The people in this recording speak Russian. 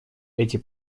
эти